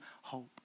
hope